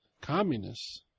communists